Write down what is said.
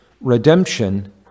redemption